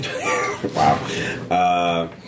Wow